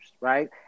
Right